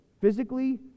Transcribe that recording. physically